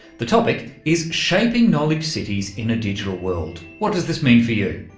the topic is shaping knowledge cities in a digital world what does this mean for you?